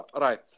Right